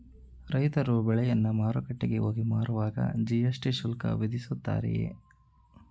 ರೈತರು ಬೆಳೆಯನ್ನು ಮಾರುಕಟ್ಟೆಗೆ ಹೋಗಿ ಮಾರುವಾಗ ಜಿ.ಎಸ್.ಟಿ ಶುಲ್ಕ ವಿಧಿಸುತ್ತಾರೆಯೇ?